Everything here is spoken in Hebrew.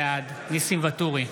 בעד ניסים ואטורי,